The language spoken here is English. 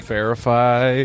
Verify